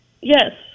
Yes